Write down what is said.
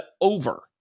over